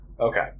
Okay